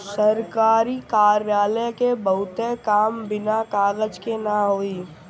सरकारी कार्यालय क बहुते काम बिना कागज के ना होई